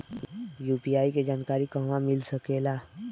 UPI के जानकारी कहवा मिल सकेले?